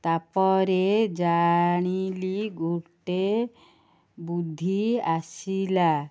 ତା'ପରେ ଜାଣିଲି ଗୋଟେ ବୁଦ୍ଧି ଆସିଲା